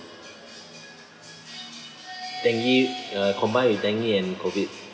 dengue uh combined with dengue and COVID